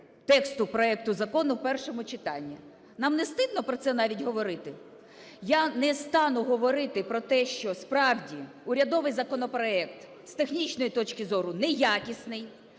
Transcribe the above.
тексту проекту закону в першому читанні. Нам не стидно про це навіть говорити? Я не стану говорити про те, що, справді, урядовий законопроект з технічної точки зору неякісний,